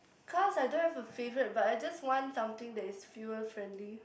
cars I don't have a favourite but I just want something that is fuel friendly